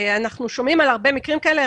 אנחנו שומעים על הרבה מקרים כאלה.